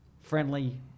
friendly